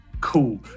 cool